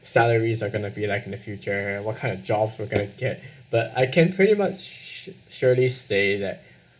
salaries are going to be like in the future what kind of jobs we're going to get but I can pretty much sh~ surely say that